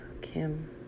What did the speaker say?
Kim